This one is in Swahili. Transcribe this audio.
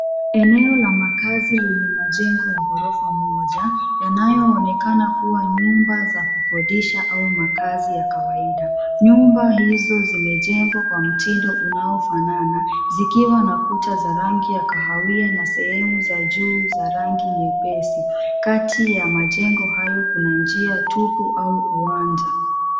Eneo la makazi lenye jengo la ghorofa moja yanayoonekana kuwa nyumba za kukodesha au makazi ya kawaida. Nyumba hizo zimejengwa kwa mtindo unaofanana zikiwa na kuta za ranfi ya kahawia na sehemu za juu za rangi nyepesi. kati ya majengo hayo kuna njia tupu au uwanja.